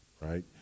right